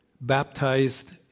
baptized